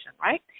right